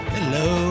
Hello